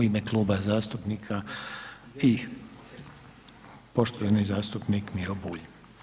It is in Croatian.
U ime Kluba zastupnika i poštovani zastupnik Miro Bulj.